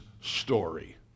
story